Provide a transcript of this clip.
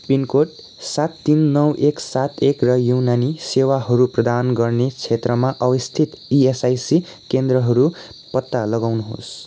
pin code सात तिन नौ एक सात एक र युनानी सेवाहरू प्रदान गर्ने क्षेत्रमा अवस्थित इएसआइसी केन्द्रहरू पत्ता लगाउनुहोस्